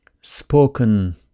spoken